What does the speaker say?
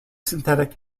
synthetic